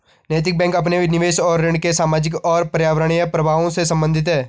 नैतिक बैंक अपने निवेश और ऋण के सामाजिक और पर्यावरणीय प्रभावों से संबंधित है